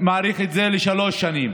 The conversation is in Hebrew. מאריך את זה לשלוש שנים.